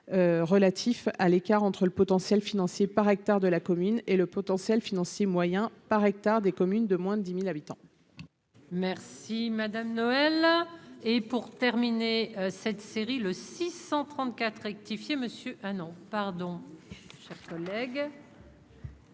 relatifs à l'écart entre le potentiel financier par hectare de la commune et le potentiel financier moyen par hectare, des communes de moins de 10000 habitants. Merci madame Noël et pour terminer cette série le 634 rectifié Monsieur ah non, pardon, chers collègues.